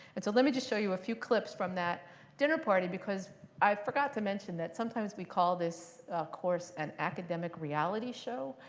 and so let me just show you a few clips from that dinner party because i forgot to mention that sometimes we call this course an academic reality show.